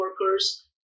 workers